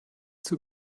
tut